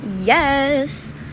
Yes